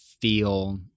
feel